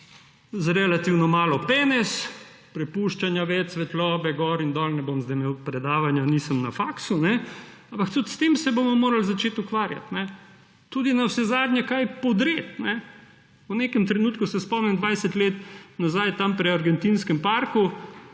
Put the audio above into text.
z relativno malo penezi – prepuščanje več svetlobe, gor in dol. Ne bom zdaj imel predavanja, nisem na faksu, ampak tudi s tem se bomo morali začeti ukvarjati, navsezadnje tudi kaj podreti. V nekem trenutku, se spomnim, 20 let nazaj, tam pri Argentinskem parku